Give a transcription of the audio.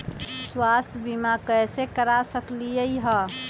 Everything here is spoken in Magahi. स्वाथ्य बीमा कैसे करा सकीले है?